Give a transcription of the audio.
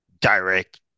direct